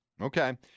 Okay